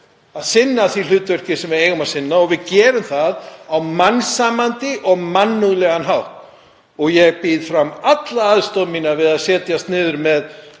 að sinna því hlutverki sem við eigum að sinna og við gerum það á mannsæmandi og mannúðlegan hátt. Ég býð fram alla aðstoð mína við að setjast niður með